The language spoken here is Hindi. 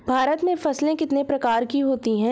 भारत में फसलें कितने प्रकार की होती हैं?